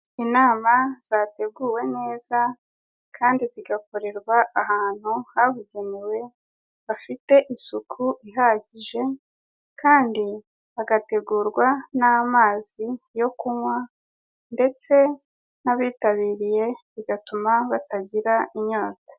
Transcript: Inama zateguwe neza kandi zigakorerwa ahantu habugenewe hafite isuku ihagije, kandi hagategurwa n'amazi yo kunywa, ndetse n'abitabiriye bigatuma batagira inyota.